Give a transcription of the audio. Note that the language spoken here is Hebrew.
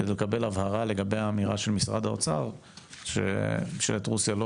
כדי לקבל הבהרה לגבי האמירה של משרד האוצר שממשלת רוסיה לא